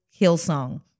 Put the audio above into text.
Hillsong